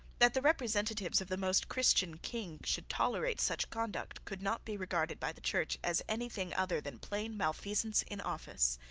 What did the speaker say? that the representatives of the most christian king should tolerate such conduct could not be regarded by the church as anything other than plain malfeasance in office.